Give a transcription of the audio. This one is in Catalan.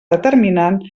determinant